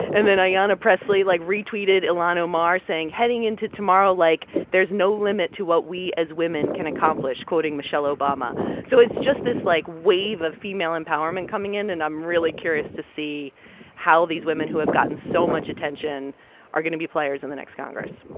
and then yeah ayanna pressley, like, re-tweeted ihlan omar saying, heading into tomorrow like there's no limit to what we as women can accomplish quoting michelle obama so it's just this, like, wave of female empowerment coming in. and i'm really curious to see how these women who have gotten so much attention are going to be players in the next congress.